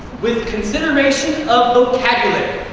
with consideration of vocabulary.